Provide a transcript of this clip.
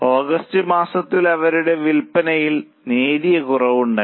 August മാസത്തിൽ അവരുടെ വിൽപ്പനയിൽ നേരിയ കുറവുണ്ടായി